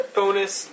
bonus